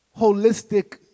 holistic